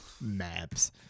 Maps